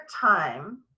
time